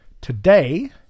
today